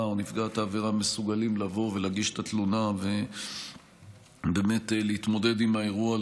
או נפגעת העבירה מסוגלים להגיש את העבירה ולהתמודד עם האירוע,